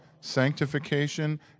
sanctification